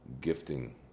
gifting